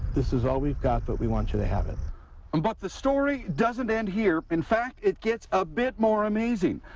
this is all we've got but we want you to have it. um but, the story doesn't end here. in fact, it gets a bit more amazing.